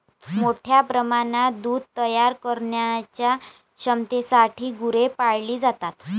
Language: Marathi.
मोठ्या प्रमाणात दूध तयार करण्याच्या क्षमतेसाठी गुरे पाळली जातात